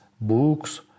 books